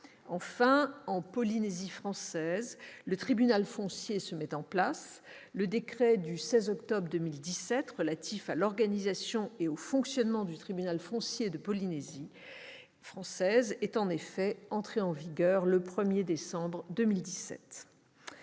Enfin, en Polynésie française, le tribunal foncier se met en place. Le décret du 16 octobre 2017 relatif à l'organisation et au fonctionnement du tribunal foncier de la Polynésie française est en effet entré en vigueur le 1 décembre 2017.